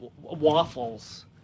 waffles